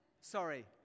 Sorry